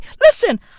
listen